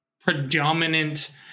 predominant